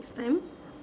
next time